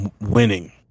winning